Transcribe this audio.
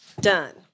Done